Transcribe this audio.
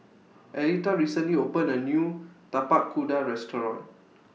Aleta recently opened A New Tapak Kuda Restaurant